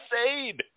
insane